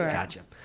ah gotcha.